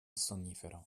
sonnifero